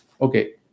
Okay